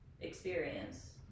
experience